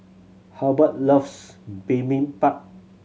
Halbert loves Bibimbap